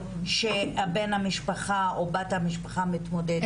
--- שבן המשפחה או בת המשפחה מתמודדת.